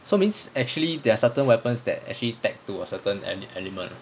so means actually there are certain weapons that actually tagged to a certain and element